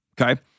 okay